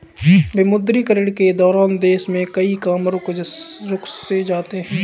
विमुद्रीकरण के दौरान देश में कई काम रुक से जाते हैं